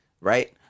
right